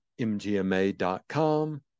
MGMA.com